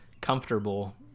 comfortable